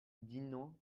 dino